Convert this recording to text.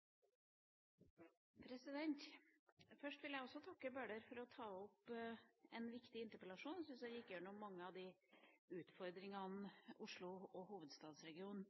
Bøhler for å ta opp en viktig interpellasjon. Jeg syns han gikk igjennom mange av de utfordringene Oslo og hovedstadsregionen